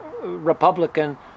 Republican